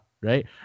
right